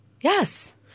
Yes